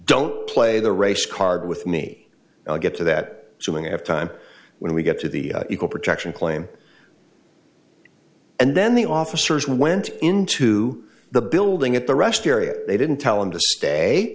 don't play the race card with me i'll get to that woman have time when we get to the equal protection claim and then the officers went into the building at the rest area they didn't tell him t